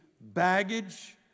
baggage